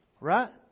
right